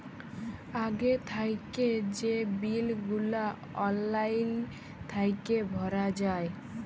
আগে থ্যাইকে যে বিল গুলা অললাইল থ্যাইকে ভরা যায়